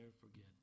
forget